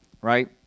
right